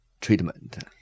treatment